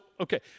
okay